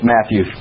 Matthew